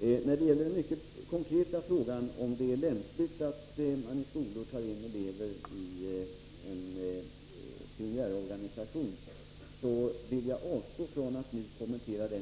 När det gäller den mycket konkreta frågan om det är lämpligt att man i skolor tar in elever i en pionjärorganisation vill jag avstå från att här kommentera den.